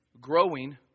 growing